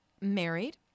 married